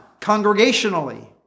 congregationally